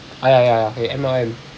ah ya ya ya okay M_L_M